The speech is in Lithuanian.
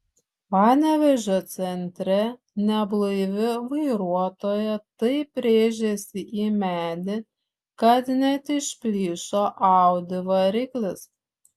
panevėžio centre neblaivi vairuotoja taip rėžėsi į medį kad net išplyšo audi variklis